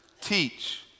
teach